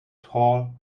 tall